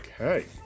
Okay